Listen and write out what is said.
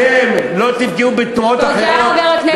אתם לא תפגעו בתנועות אחרות,